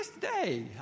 today